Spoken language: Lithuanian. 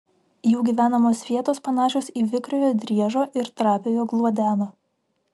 jų gyvenamos vietos panašios į vikriojo driežo ir trapiojo gluodeno